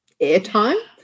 airtime